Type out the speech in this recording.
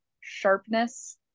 sharpness